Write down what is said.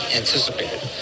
anticipated